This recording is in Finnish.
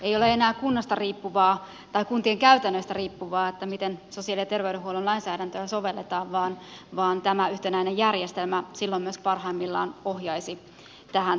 ei ole enää kunnasta riippuvaa tai kuntien käytännöistä riippuvaa miten sosiaali ja terveydenhuollon lainsäädäntöä sovelletaan vaan tämä yhtenäinen järjestelmä silloin myös parhaimmillaan ohjaisi tähän työhön